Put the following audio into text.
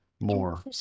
more